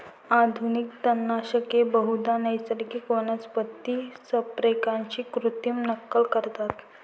आधुनिक तणनाशके बहुधा नैसर्गिक वनस्पती संप्रेरकांची कृत्रिम नक्कल करतात